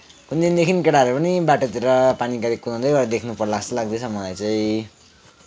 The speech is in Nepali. कुनदिनदेखि केटाहरू पनि बाटोतिर पानीको गाडी कुदाउँदै गरेको देख्नु पर्ला जस्तै लाग्दैछ मलाई चाहिँ